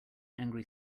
angry